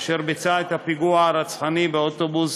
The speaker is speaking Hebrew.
אשר ביצע את הפיגוע הרצחני באוטובוס